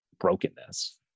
brokenness